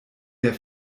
der